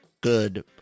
good